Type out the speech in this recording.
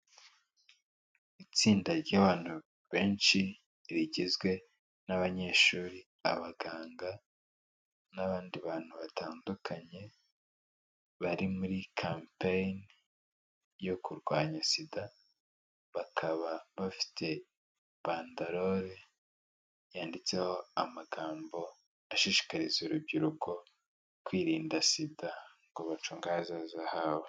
Itsinda ry'abantu benshi rigizwe n'abanyeshuri, abaganga n'abandi bantu batandukanye, bari muri kampeyini yo kurwanya sida bakaba bafite bandarole yanditseho amagambo ashishikariza urubyiruko kwirinda sida ngo bacunge ahazaza habo.